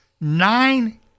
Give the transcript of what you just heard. Nine